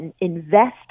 invest